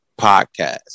podcast